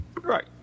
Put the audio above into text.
Right